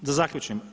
Da zaključim.